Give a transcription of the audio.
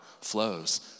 flows